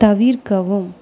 தவிர்க்கவும்